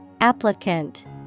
Applicant